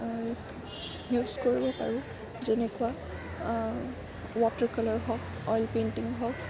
নহ'লেতো আমি ৰংবোৰ ইউজ কৰিব পাৰোঁ কেনেকুৱা ৱাটাৰ কালাৰ হওক অইল পেইণ্টিং হওক